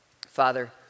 Father